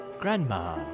grandma